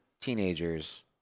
teenagers